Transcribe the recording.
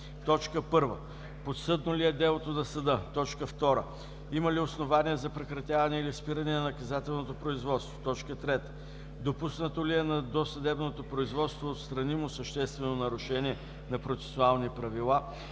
1. подсъдно ли е делото на съда; 2. има ли основание за прекратяване или спиране на наказателното производство; 3. допуснато ли е на досъдебното производство отстранимо съществено нарушение на процесуални правила,